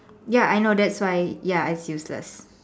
ya I know that's why ya it's useless